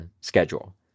schedule